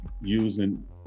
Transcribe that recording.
using